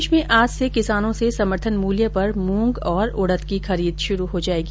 प्रदेश में आज से किसानों से समर्थन मूल्य पर मूंग और उडद की खरीद शुरू हो जायेगी